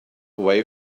away